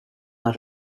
out